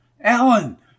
Alan